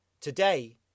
Today